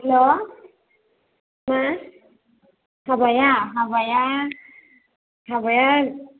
हेल' हो हाबाया हाबाया हाबाया